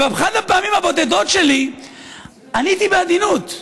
באחת הפעמים הבודדות שלי עניתי בעדינות,